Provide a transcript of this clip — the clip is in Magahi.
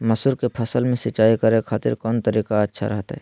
मसूर के फसल में सिंचाई करे खातिर कौन तरीका अच्छा रहतय?